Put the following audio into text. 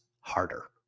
harder